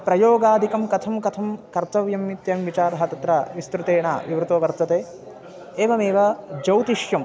प्रयोगादिकं कथं कथं कर्तव्यम् इत्ययं विचारः तत्र विस्तृतेन विवृतः वर्तते एवमेव ज्यौतिष्यम्